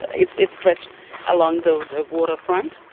it's it's stretched along the waterfront,